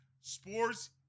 sports